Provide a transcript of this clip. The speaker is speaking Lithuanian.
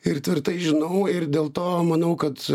ir tvirtai žinau ir dėl to manau kad